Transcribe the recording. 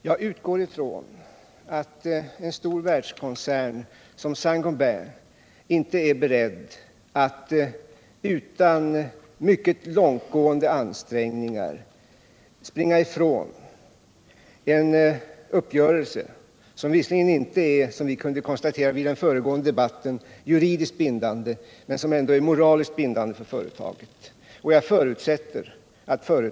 Herr talman! Jag utgår ifrån att en världskoncern som Saint Gobain inte är beredd att springa ifrån en uppgörelse som visserligen — som vi kunde konstatera vid den föregående debatten — inte är juridiskt bindande men som ändå är moraliskt bindande för företaget, och att man sålunda kommer att göra mycket långtgående ansträngningar för att infria den.